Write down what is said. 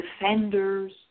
defenders